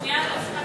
שנייה, לא הספקתי.